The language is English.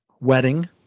wedding